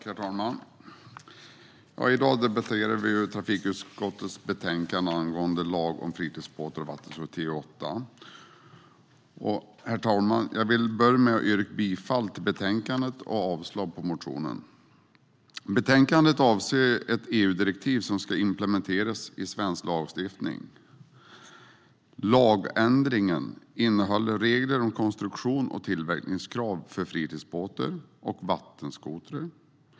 Herr talman! I dag debatterar vi trafikutskottets betänkande 8 om lag om fritidsbåtar och vattenskotrar. Jag vill börja med att yrka bifall till förslaget i betänkandet och avslag på reservationen med anledning av motionen. Betänkandet avser ett EU-direktiv som ska implementeras i svensk lagstiftning. Lagändringen innehåller regler om konstruktions och tillverkningskrav för fritidsbåtar och vattenskotrar.